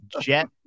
jet